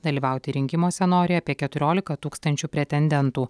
dalyvauti rinkimuose nori apie keturiolika tūkstančių pretendentų